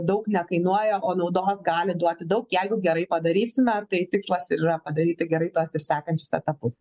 daug nekainuoja o naudos gali duoti daug jeigu gerai padarysime tai tikslas ir yra padaryti gerai tuos ir sekančius etapus